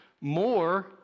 more